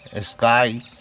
sky